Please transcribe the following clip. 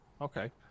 okay